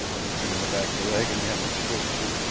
i was doin' the back of the leg, and you have to twist your.